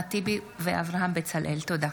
אחמד טיבי ואברהם בצלאל בנושא: